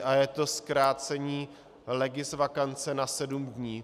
Je to zkrácení legisvakance na sedm ní.